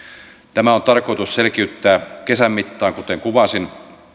tämä on tarkoitus selkiyttää kesän mittaan kuten kuvasin